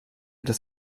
das